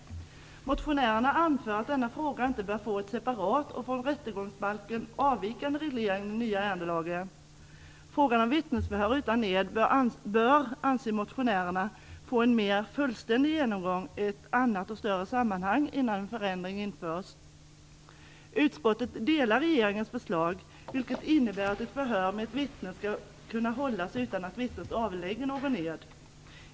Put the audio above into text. Motionärerna anför att denna fråga inte bör få en separat och från rättegångsbalken avvikande reglering i den nya ärendelagen. Frågan om vittnesförhör utan ed bör, anser motionärerna, få en mer fullständig genomgång i ett annat och större sammanhang innan en förändring införs. Utskottet instämmer i regeringens förslag, vilket innebär att ett förhör med ett vittne skall kunna hållas utan att vittnet avlägger någon ed.